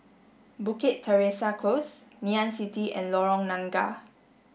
Bukit Teresa Close Ngee Ann City and Lorong Nangka